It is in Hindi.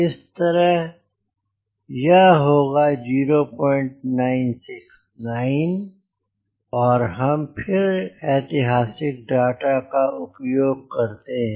इस तरह यह होगा 0969 और हम फिर ऐतिहासिक डाटा का उपयोग करते हैं